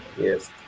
Yes